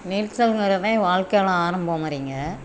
நீச்சல்ங்கிறதே வாழ்க்கைல ஆரம்பம் மாதிரிங்க